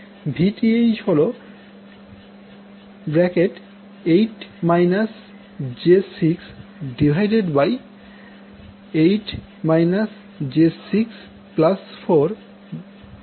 Vth হল 8 j 6 410